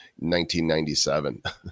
1997